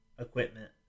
equipment